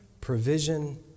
provision